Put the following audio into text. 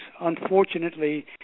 Unfortunately